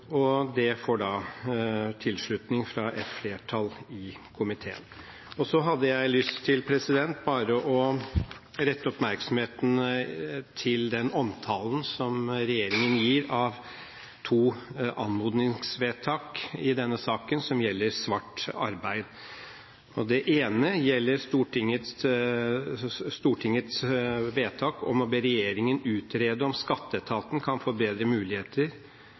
gjøre. Det får tilslutning fra et flertall i komiteen. Jeg har lyst til bare å rette oppmerksomheten mot den omtalen som regjeringen gir av to anmodningsvedtak i denne saken, som gjelder svart arbeid. Det ene gjelder Stortingets vedtak om å be regjeringen «utrede om Skatteetaten kan få bedre muligheter